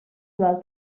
val